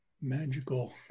magical